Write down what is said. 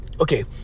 okay